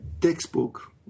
textbook